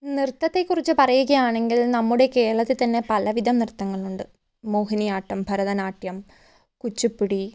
നൃത്തത്തെ കുറിച്ച് പറയുകയാണെങ്കിൽ നമ്മുടെ കേരളത്തിൽ തന്നെ പലവിധം നൃത്തങ്ങളുണ്ട് മോഹിനിയാട്ടം ഭരതനാട്യം കുച്ചിപ്പുടി